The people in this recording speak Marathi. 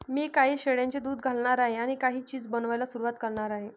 मी काही शेळ्यांचे दूध घालणार आहे आणि काही चीज बनवायला सुरुवात करणार आहे